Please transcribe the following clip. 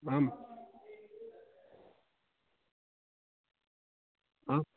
आम् आ